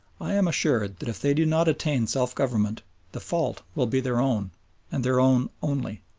i am assured that if they do not attain self-government the fault will be their own and their own only.